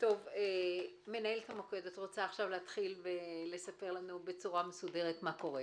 מנהלת המוקד, את רוצה לספר לנו מה קורה